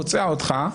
פוצע אותך.